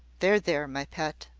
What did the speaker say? there, there, my pet!